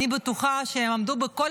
אני בטוחה שהן עמדו בכל